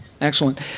Excellent